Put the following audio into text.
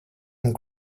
and